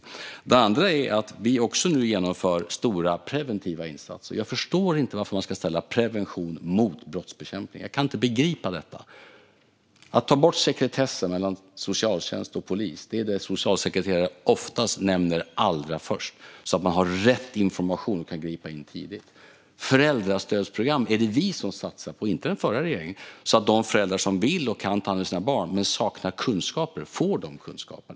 För det andra genomför vi nu också stora preventiva insatser. Jag förstår inte varför man ska ställa prevention mot brottsbekämpning. Jag kan inte begripa detta. Att ta bort sekretessen mellan socialtjänst och polis är det som socialsekreterare oftast nämner allra först, så att de har rätt information och kan gripa in tidigt. Föräldrastödsprogram är det vi som satsar på, inte den förra regeringen, så att de föräldrar som vill och kan ta hand om sina barn men som saknar kunskaper får dessa kunskaper.